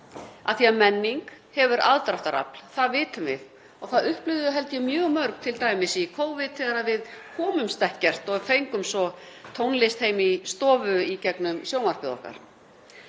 Menning hefur aðdráttarafl, það vitum við og það upplifðum við held ég mjög mörg t.d. í Covid þegar við komumst ekkert og fengum svo tónlist heim í stofu í gegnum sjónvarpið okkar.